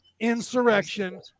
Insurrection